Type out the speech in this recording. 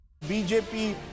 BJP